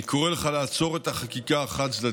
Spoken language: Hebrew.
אני קורא לך לעצור את החקיקה החד-צדדית,